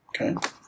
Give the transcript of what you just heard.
Okay